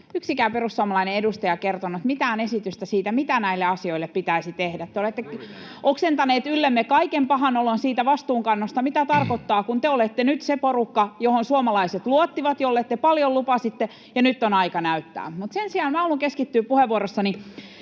yksikään perussuomalainen edustaja kertonut mitään esitystä siitä, mitä näille asioille pitäisi tehdä. Te olette oksentaneet yllemme kaiken pahan olon siitä vastuunkannosta, mitä tarkoittaa, kun te olette nyt se porukka, johon suomalaiset luottivat ja jolle te paljon lupasitte, ja nyt on aika näyttää. Sen sijaan minä haluan keskittyä puheenvuorossani